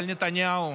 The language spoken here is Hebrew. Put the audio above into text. אבל נתניהו,